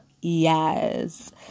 yes